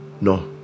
No